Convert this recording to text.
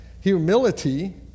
humility